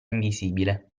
invisibile